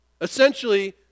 Essentially